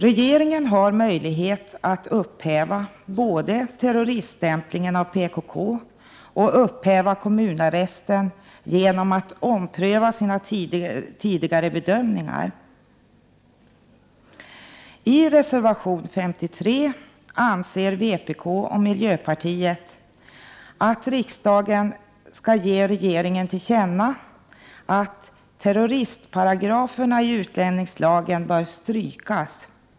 Regeringen har möjlighet att upphäva både terroriststämplingen av PKK och kommunarresten genom att ompröva sina tidigare bedömningar. I reservation 53 anser vpk och miljöpartiet att riksdagen skall ge regeringen till känna att terroristparagrafen i utlänningslagen bör strykas.